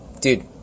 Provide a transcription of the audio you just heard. dude